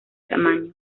tamaño